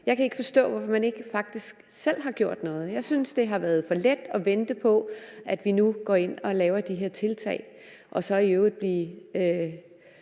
Jeg kan ikke forstå, hvorfor man ikke faktisk selv har gjort noget. Jeg synes, det har været for let at vente på, at vi nu går ind og laver de her tiltag. Og så er vi i øvrigt blevet